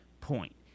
point